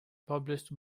published